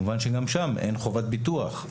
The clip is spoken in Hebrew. כמובן שגם שם אין חובת ביטוח,